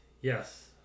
Yes